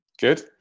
Good